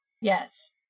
Yes